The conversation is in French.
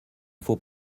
faut